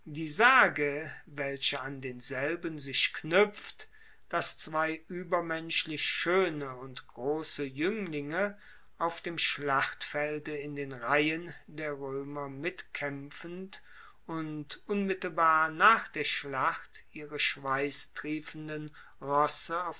die sage welche an denselben sich knuepft dass zwei uebermenschlich schoene und grosse juenglinge auf dem schlachtfelde in den reihen der roemer mitkaempfend und unmittelbar nach der schlacht ihre schweisstriefenden rosse